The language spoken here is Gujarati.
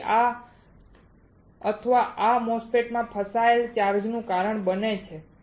અને આ અથવા આ MOSFET માં ફસાયેલા ચાર્જનું કારણ બની શકે છે